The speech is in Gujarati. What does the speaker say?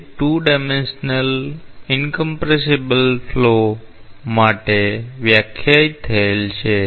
તે 2 ડાયમેંશનલ ઈંકોમ્પ્રેસિબલ પ્રવાહ માટે વ્યાખ્યાયિત થયેલ છે